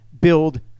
build